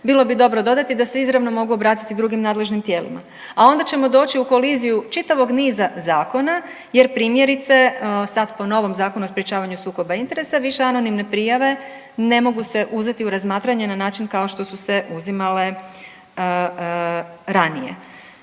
bilo bi dobro dodati da se izravno mogu obratiti drugim nadležnim tijelima. A onda ćemo doći u koliziju čitavog niza zakona jer, primjerice, sad po novom Zakonu o sprječavanju sukoba interesa više anonimne prijave ne mogu se uzeti u razmatranje na način kao što su se uzimale ranije.